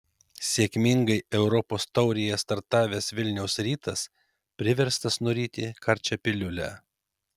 sėkmingai europos taurėje startavęs vilniaus rytas priverstas nuryti karčią piliulę